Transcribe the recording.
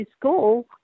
school